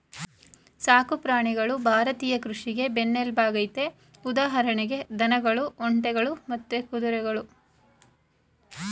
ಸಾಕು ಪ್ರಾಣಿಗಳು ಭಾರತೀಯ ಕೃಷಿಗೆ ಬೆನ್ನೆಲ್ಬಾಗಯ್ತೆ ಉದಾಹರಣೆಗೆ ದನಗಳು ಒಂಟೆಗಳು ಮತ್ತೆ ಕುದುರೆಗಳು